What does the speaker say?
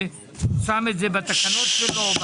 שם את זה בתקנות שלו,